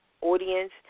audience